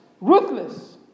ruthless